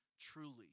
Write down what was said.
truly